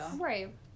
right